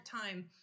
time